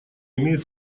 имеют